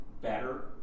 better